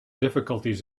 difficulties